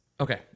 Okay